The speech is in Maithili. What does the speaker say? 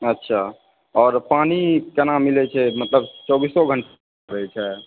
अच्छा और पानि केना मिलै छै मतलब चौबीसो घण्टा रहै छै